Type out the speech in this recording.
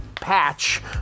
patch